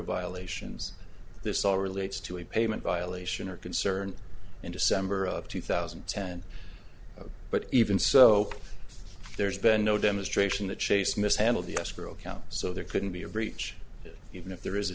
violations this all relates to a payment violation or concern in december of two thousand and ten but even so there's been no demonstration the chase mishandled the escrow account so there couldn't be a breach even if there is a